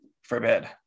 forbid